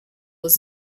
was